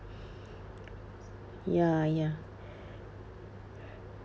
ya ya